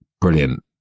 brilliant